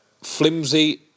flimsy